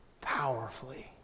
powerfully